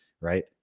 right